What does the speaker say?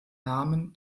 namen